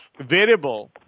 variable